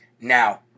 now